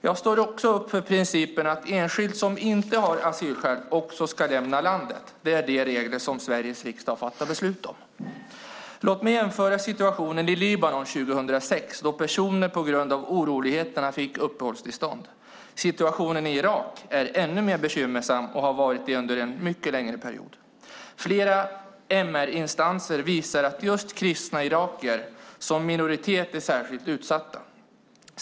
Jag står också upp för principen att enskild som inte har asylskäl ska lämna landet. Det är de regler som Sveriges riksdag har fattat beslut om. Låt mig jämföra med situationen i Libanon 2006 då personer fick uppehållstillstånd på grund av oroligheterna. Situationen i Irak är ännu mer bekymmersam och har varit det under en mycket längre period. Flera MR-instanser visar att just kristna irakier som minoritet är särskilt utsatta.